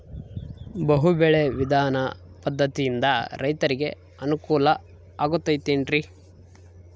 ಬಹು ಬೆಳೆ ವಿಧಾನ ಪದ್ಧತಿಯಿಂದ ರೈತರಿಗೆ ಅನುಕೂಲ ಆಗತೈತೇನ್ರಿ?